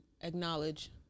Acknowledge